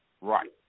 right